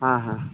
ᱦᱮᱸ ᱦᱮᱸ